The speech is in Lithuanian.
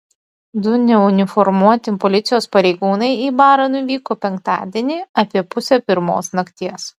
du neuniformuoti policijos pareigūnai į barą nuvyko penktadienį apie pusę pirmos nakties